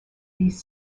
these